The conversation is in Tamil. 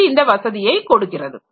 இது இந்த வசதியை கொடுக்கிறது